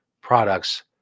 products